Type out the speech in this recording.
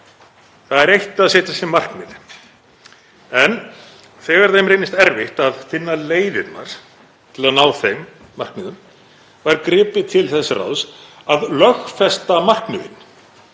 Það er eitt að setja sér markmið en þegar þeim reyndist erfitt að finna leiðirnar til að ná þeim markmiðum var gripið til þess ráðs að lögfesta markmiðin.